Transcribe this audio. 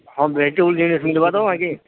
ହଁ ଭେଜିଟେବଲ୍ ଆଜି